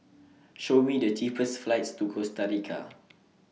Show Me The cheapest flights to Costa Rica